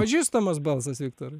pažįstamas balsas viktorui